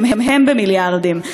גם הן במיליארדים.